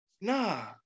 nah